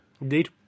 indeed